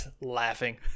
laughing